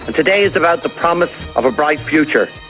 today is about the promise of a bright future,